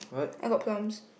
I got plums